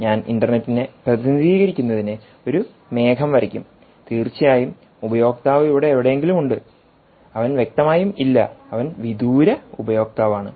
ഞാൻ ഇൻറർനെറ്റിനെ പ്രതിനിധീകരിക്കുന്നതിന് ഒരു മേഘം വരയ്ക്കും തീർച്ചയായും ഉപയോക്താവ് ഇവിടെ എവിടെയെങ്കിലും ഉണ്ട് അവൻ വ്യക്തമായും ഇല്ല അവൻ വിദൂര ഉപയോക്താവാണ്